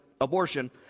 abortion